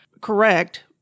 correct